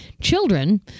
children